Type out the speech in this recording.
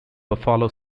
buffalo